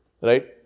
Right